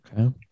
Okay